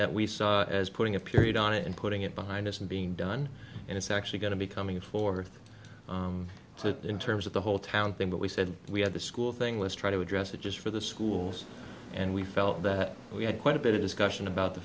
that we saw as putting a period on it and putting it behind us and being done and it's actually going to be coming forth in terms of the whole town thing but we said we had the school thing let's try to address it just for the schools and we felt that we had quite a bit is gushing about the